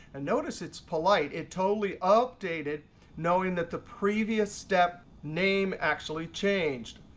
and notice it's polite. it totally updated knowing that the previous step name actually changed.